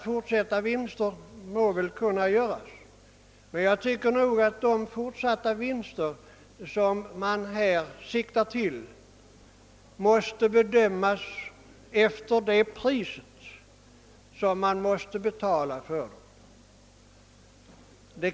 Fortsatta vinster må kunna göras, men jag tycker nog att de vinster som man syftar till måste bedömas efter det pris som man får betala för dem.